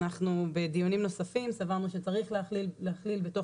אנחנו בדיונים נוספים סברנו שצריך להכליל בתוך